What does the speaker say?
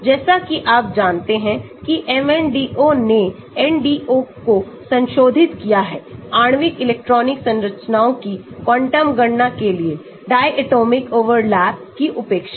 जैसा कि आप जानते हैं कि MNDO ने NDO को संशोधित किया है आणविक इलेक्ट्रॉनिक संरचनाओं की क्वांटम गणना के लिए डायटोमिक ओवरलैप की उपेक्षा